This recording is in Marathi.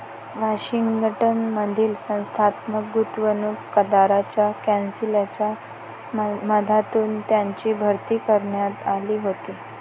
वॉशिंग्टन मधील संस्थात्मक गुंतवणूकदारांच्या कौन्सिलच्या माध्यमातून त्यांची भरती करण्यात आली होती